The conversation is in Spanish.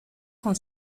con